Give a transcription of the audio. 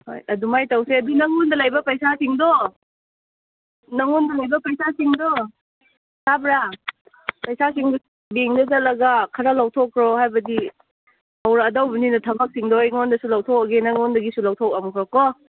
ꯍꯣꯏ ꯑꯗꯨꯃꯥꯏꯅ ꯇꯧꯁꯦ ꯑꯗꯨ ꯅꯪꯉꯣꯟꯗ ꯂꯩꯕ ꯄꯩꯁꯥꯁꯤꯡꯗꯣ ꯅꯪꯉꯣꯟꯗ ꯂꯩꯕ ꯄꯩꯁꯥꯁꯤꯡꯗꯣ ꯇꯥꯕ꯭ꯔꯥ ꯄꯩꯁꯥꯁꯤꯡꯗꯣ ꯕꯦꯡꯛꯇ ꯆꯠꯂꯒ ꯈꯔ ꯂꯧꯊꯣꯛꯈ꯭ꯔꯣ ꯍꯥꯏꯕꯗꯤ ꯍꯧꯔꯛꯂꯗꯧꯕꯅꯤꯅ ꯊꯕꯛꯁꯤꯡꯗꯨ ꯑꯩꯉꯣꯟꯗꯁꯨ ꯂꯧꯊꯣꯛꯂꯒꯦ ꯅꯪꯉꯣꯟꯗꯒꯤꯁꯨ ꯂꯧꯊꯣꯛꯑꯝꯈ꯭ꯔꯣꯀꯣ